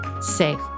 safe